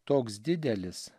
toks didelis